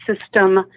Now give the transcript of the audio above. system